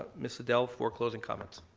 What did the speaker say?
mrs. adel, for closing comments.